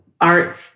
art